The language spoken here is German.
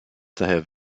daher